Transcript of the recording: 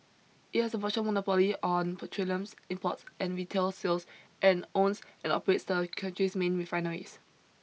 it has a virtual monopoly on petroleum imports and retail sales and owns and operates the country's main refineries